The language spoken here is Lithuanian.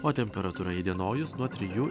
o temperatūra įdienojus nuo trijų